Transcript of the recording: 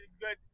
good